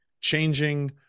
changing